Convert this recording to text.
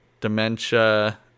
dementia